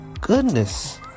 goodness